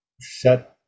set